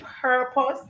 purpose